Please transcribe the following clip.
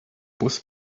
bus